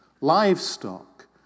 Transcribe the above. livestock